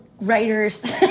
writers